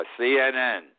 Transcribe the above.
CNN